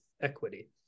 equity